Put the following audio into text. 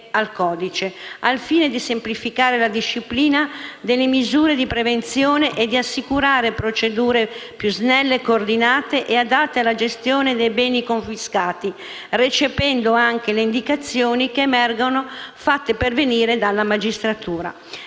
al codice, al fine di semplificare la disciplina delle misure di prevenzione e di assicurare procedure più snelle e coordinate e adatte alla gestione dei beni confiscati, recependo anche le indicazioni che emergono fatte pervenire dalla magistratura.